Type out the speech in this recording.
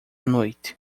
noite